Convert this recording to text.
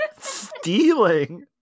Stealing